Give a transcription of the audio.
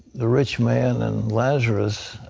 the rich man and lazarus,